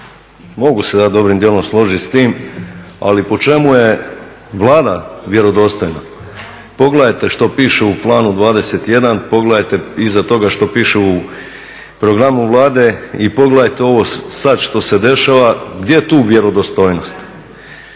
Mogu se ja dobrim djelom složit s tim, ali po čemu je Vlada vjerodostojna. Pogledajte što piše u Planu 21, pogledajte iza toga što piše u programu Vladu i pogledate ovo sad što se dešava, gdje je tu vjerodostojnost?